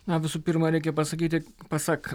na visų pirma reikia pasakyti pasak